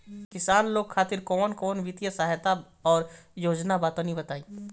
किसान लोग खातिर कवन कवन वित्तीय सहायता और योजना बा तनि बताई?